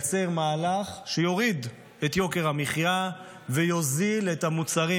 לייצר מהלך שיוריד את יוקר המחיה ויוזיל את המוצרים,